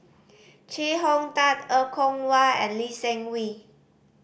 Chee Hong Tat Er Kwong Wah and Lee Seng Wee